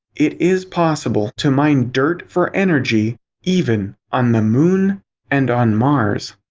it is possible to mine dirt for energy even on the moon and on mars.